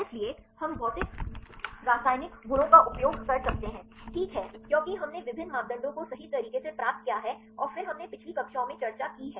इसलिए हम भौतिक रासायनिक गुणों का उपयोग कर सकते हैं ठीक है क्योंकि हमने विभिन्न मापदंडों को सही तरीके से प्राप्त किया है और फिर हमने पिछली कक्षाओं में चर्चा की है